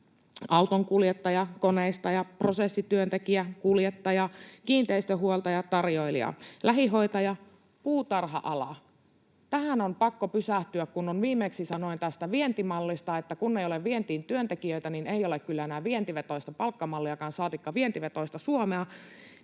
autonkuljettaja, koneistaja, prosessityöntekijä, kuljettaja, kiinteistönhuoltaja, tarjoilija, lähihoitaja, puutarha-ala. — Tähän on pakko pysähtyä. Viimeksi sanoin tästä vientimallista, että kun ei ole vientiin työntekijöitä, niin ei ole kyllä enää vientivetoista palkkamalliakaan, saatikka vientivetoista Suomea.